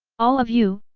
all of you,